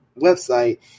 website